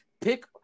pick